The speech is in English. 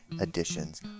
editions